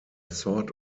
sort